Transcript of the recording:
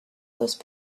those